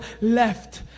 left